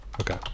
Okay